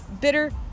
bitter